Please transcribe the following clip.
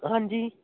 ਹਾਂਜੀ